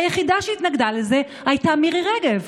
היחידה שהתנגדה לזה הייתה מירי רגב.